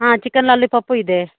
ಹಾಂ chicken lollipop ಇದೆ